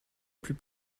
plus